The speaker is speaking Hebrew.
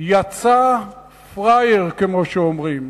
יצא פראייר, כמו שאומרים.